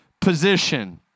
position